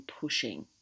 pushing